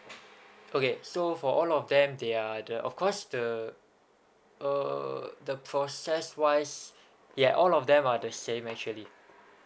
okay so for all of them they're the of course the uh the process wise ya all of them are the same actually